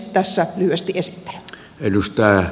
tässä lyhyesti esittely